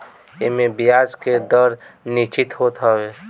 एमे बियाज के दर निश्चित होत हवे